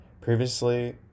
Previously